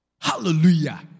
Hallelujah